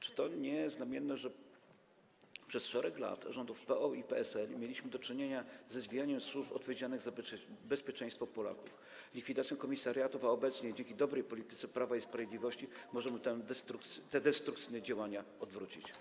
Czy to nie jest znamienne, że przez szereg lat rządów PO i PSL mieliśmy do czynienia ze zwijaniem służb odpowiedzialnych za bezpieczeństwo Polaków, likwidacją komisariatów, a obecnie dzięki dobrej polityce Prawa i Sprawiedliwości możemy te destrukcyjne działania odwrócić?